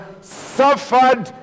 suffered